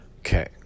Okay